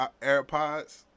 AirPods